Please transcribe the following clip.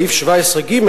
סעיף 17(ג),